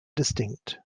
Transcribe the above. distinct